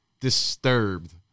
disturbed